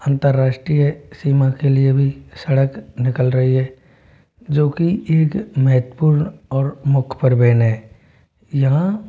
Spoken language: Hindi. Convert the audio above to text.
अंतर्राष्ट्रीय सीमा के लिए भी सड़क निकल रही है जो कि एक महत्वपूर्ण और मुख्य परिवहन है यहाँ